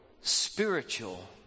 spiritual